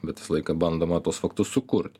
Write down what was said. bet visą laiką bandoma tuos faktus sukurt